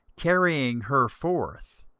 carrying her forth,